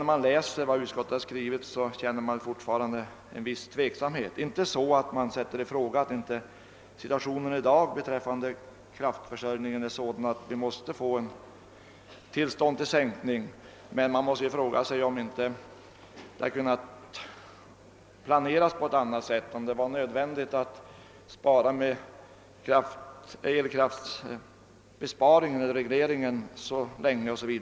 När man läser vad utskottet skrivit känner man emellertid fortfarande viss tveksamhet. Även om man inte sätter i fråga att situationen i dag beträffande kraftförsörjningen är sådan att det måste ges tillstånd till sänkning, måste man fråga sig om inte det hela kunnat planeras på annat sätt, om det var nödvändigt att vänta med elkraftsregleringen så länge o. s. v.